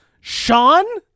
Sean